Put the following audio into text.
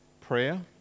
prayer